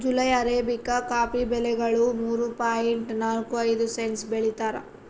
July arabica coffee ಬೆಲೆಗಳು ಮೂರು point ನಾಲ್ಕು ಐದು ಸೆಂಟ್ಸ್ ಬೆಳೀತಾರ